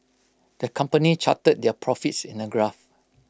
the company charted their profits in A graph